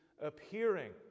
appearing